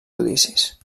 judicis